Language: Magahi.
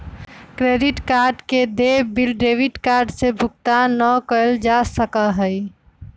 क्रेडिट कार्ड के देय बिल डेबिट कार्ड से भुगतान ना कइल जा सका हई